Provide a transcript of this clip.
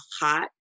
hot